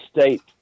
state –